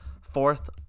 fourth